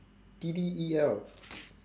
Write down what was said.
D_D_E_L